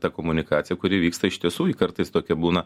ta komunikacija kuri vyksta iš tiesų ji kartais tokia būna